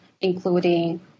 including